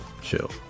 chill